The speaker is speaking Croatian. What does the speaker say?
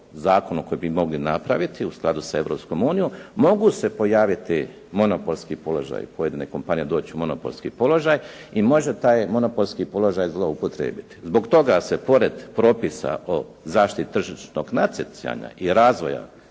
zakonu koji bi mogli napraviti u skladu sa Europskom unijom mogu se pojaviti monopolski položaji, pojedine kompanije dođu u monopolski položaj i može taj monopolski položaj zloupotrijebiti. Zbog toga se pored propisa o zaštiti tržišnog natjecanja i razvoja